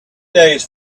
days